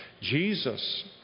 Jesus